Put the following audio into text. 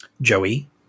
Joey